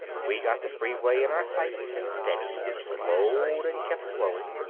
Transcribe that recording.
we got the freeway in our sights and steadied and slowed and kept slowing.